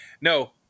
No